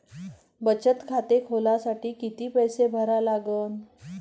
बचत खाते खोलासाठी किती पैसे भरा लागन?